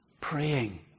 praying